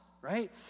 right